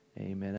Amen